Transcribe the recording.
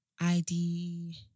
ID